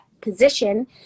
position